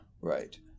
Right